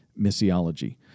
missiology